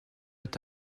est